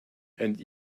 and